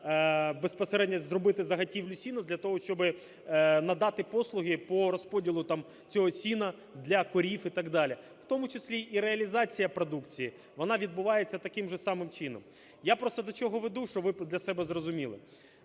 безпосередньо зробити заготівлю сіна для того, щоб надати послуги по розподілу там цього сіна для корів і так далі, в тому числі і реалізація продукції. Вона відбувається таким же самим чином. Я просто до чого веду, щоб ви для себе зрозуміли.